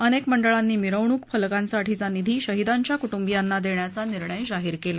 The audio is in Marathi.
अनेक मंडळांनी मिरवणूक फलकांसाठीचा निधी शहिदांच्या कुटुंबियांना देण्याचा निर्णय जाहीर केला